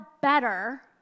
better